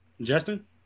Justin